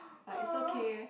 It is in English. but is okay